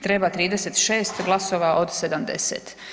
Treba 36 glasova od 70.